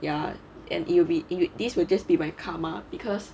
ya and it will be if these will just be my karma